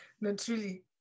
Naturally